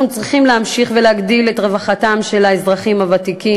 אנחנו צריכים להמשיך ולהגדיל את רווחתם של האזרחים הוותיקים,